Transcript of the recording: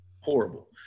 horrible